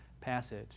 passage